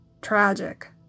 tragic